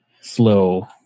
slow